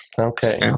Okay